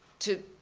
to